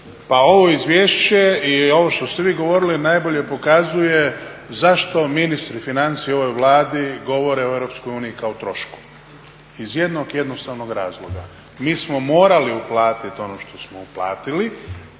pa ovo izvješće i ovo što ste vi govorili najbolje pokazuje zašto ministri financija ovoj Vladi govore o EU kako trošku. Iz jednog jednostavnog razloga, mi smo morali uplatiti ono što smo uplatili,